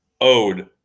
owed